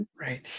Right